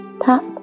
Tap